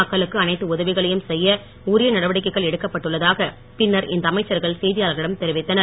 மக்களுக்கு அனைத்து உதவிகளையும் செய்ய உரிய நடவடிக்கைகள் எடுக்கப்பட்டுள்ளதாக பின்னர் இந்த அமைச்சர்கள் செய்தியாளர்களிடம் தெரிவித்தனர்